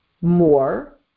more